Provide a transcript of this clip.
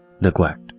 neglect